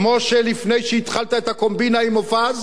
כמו שלפני שהתחלת את הקומבינה עם מופז,